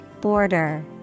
Border